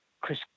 Chris